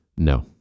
No